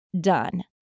done